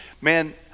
man